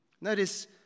Notice